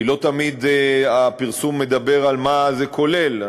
כי לא תמיד הפרסום מדבר על מה זה כולל,